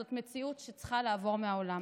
זאת מציאות שצריכה לעבור מהעולם.